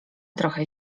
trochę